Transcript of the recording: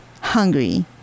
hungry